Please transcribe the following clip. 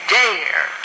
dare